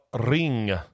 Ring